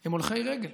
הם הולכי רגל?